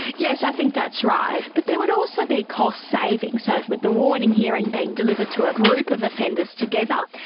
yes, i think that's right, but there would also be cost saving. so with the warning hearing being delivered to a group of offenders together,